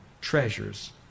treasures